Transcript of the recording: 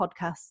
podcasts